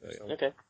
Okay